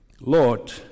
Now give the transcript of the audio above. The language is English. Lord